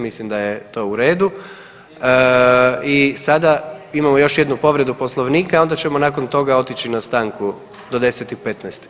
Mislim da je to u redu i sada imamo još jednu povredu Poslovnika i onda ćemo nakon toga otići na stanku do 10 i 15.